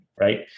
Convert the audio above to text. right